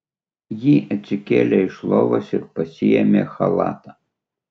ji atsikėlė iš lovos ir pasiėmė chalatą